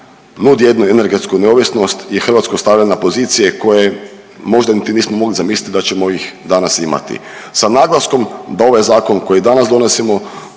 nudi jednu energetsku neovisnost i Hrvatsku stavlja na pozicije koje možda niti nismo mogli zamisliti da ćemo danas imati, sa naglaskom da ovaj zakon koji danas donosimo